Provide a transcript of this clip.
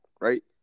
right